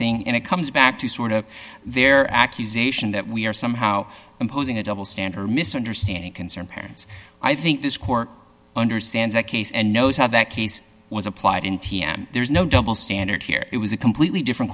thing and it comes back to sort of their accusation that we are somehow imposing a double standard misunderstanding concerned parents i think this court understands that case and knows how that case was applied in t n there's no double standard here it was a completely different